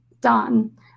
done